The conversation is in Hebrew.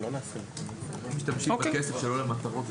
אם משתמשים בכסף שלא למטרות,